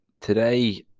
today